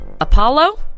Apollo